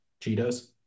Cheetos